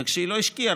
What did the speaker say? וכשהיא לא השקיעה,